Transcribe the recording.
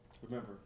Remember